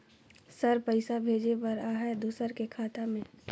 Sir पइसा भेजे बर आहाय दुसर के खाता मे?